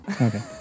Okay